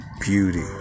beauty